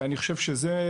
ואני חושב שזוהי